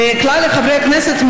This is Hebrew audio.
וכלל חברי הכנסת,